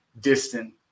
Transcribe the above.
distant